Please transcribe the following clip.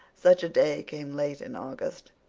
such a day came late in august.